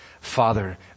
Father